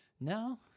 No